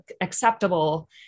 acceptable